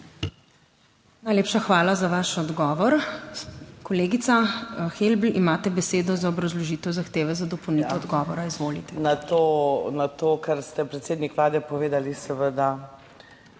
Najlepša hvala za vaš odgovor. Kolegica Helbl, imate besedo za obrazložitev zahteve za dopolnitev odgovora. Izvolite. ALENKA HELBL (PS SDS): To, kar ste, predsednik Vlade, povedali, seveda